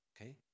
Okay